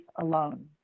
alone